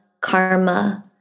karma